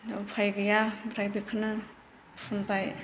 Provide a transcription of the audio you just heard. उफाय गैया ओमफ्राय बेखौनो फुनबाय